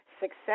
success